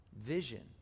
Vision